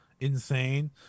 insane